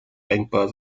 denkbar